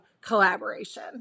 collaboration